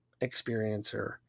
experiencer